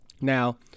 Now